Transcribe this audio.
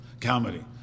comedy